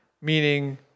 meaning